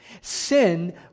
Sin